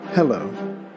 Hello